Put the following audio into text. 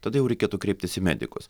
tada jau reikėtų kreiptis į medikus